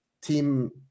team